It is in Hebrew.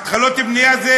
התחלות בנייה זה